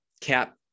cap